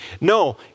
No